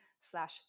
slash